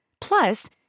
Plus